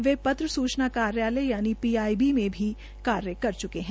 वे पत्र सूचना कार्यालय यानि पीआईबी में भी कार्य कर चुके है